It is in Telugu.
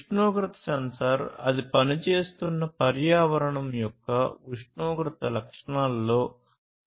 ఉష్ణోగ్రత సెన్సార్ అది పనిచేస్తున్న పర్యావరణం యొక్క ఉష్ణోగ్రత లక్షణాలలో మార్పులను గ్రహించగలదు